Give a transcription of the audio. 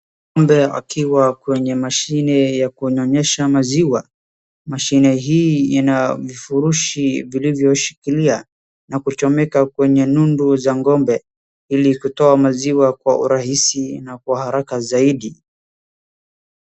Ng'ombe akiwa kwenye mashine ya kunyonyesha maziwa. Mashine hii ina vifurushi vilivyoshikilia na kuchomeka kwenye nundu za ng'ombe ili kutoa maziwa kwa urahisi na kwa haraka zaidi.